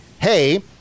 hey